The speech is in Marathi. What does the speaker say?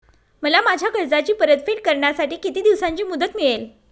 मला माझ्या कर्जाची परतफेड करण्यासाठी किती दिवसांची मुदत मिळेल?